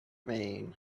mean